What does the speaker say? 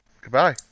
goodbye